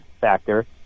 factor